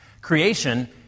Creation